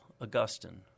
Augustine